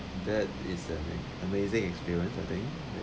that is an amazing experience I think